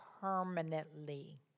permanently